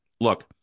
look